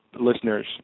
listeners